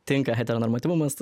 tinka heteronormatyvumas